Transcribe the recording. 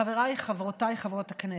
חבריי, חברותיי חברות הכנסת,